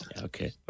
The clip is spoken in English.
Okay